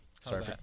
Sorry